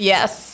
Yes